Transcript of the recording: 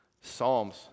Psalms